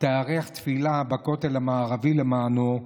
תיערך תפילה בכותל המערבי למענו.